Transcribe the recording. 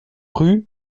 rue